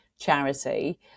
charity